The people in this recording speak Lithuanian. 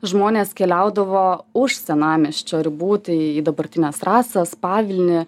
žmonės keliaudavo už senamiesčio ribų tai į dabartines rasas pavilnį